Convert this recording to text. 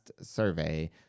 survey